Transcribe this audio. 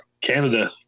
Canada